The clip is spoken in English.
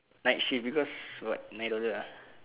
night shift because got nine dollar uh